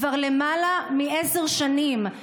כבר למעלה מעשר שנים,